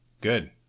good